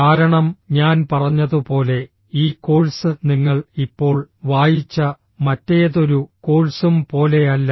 കാരണം ഞാൻ പറഞ്ഞതുപോലെ ഈ കോഴ്സ് നിങ്ങൾ ഇപ്പോൾ വായിച്ച മറ്റേതൊരു കോഴ്സും പോലെയല്ല